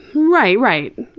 right, right.